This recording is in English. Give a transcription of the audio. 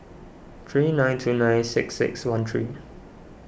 three nine two nine six six one three